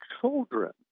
children